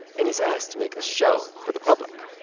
and he's asked to make a show for the public,